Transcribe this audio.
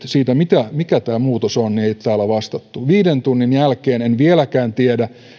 siitä mikä tämä muutos on ei ole täällä vastattu viiden tunnin jälkeen en vieläkään tiedä